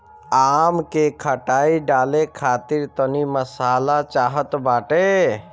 आम के खटाई डाले खातिर तनी मसाला चाहत बाटे